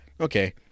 okay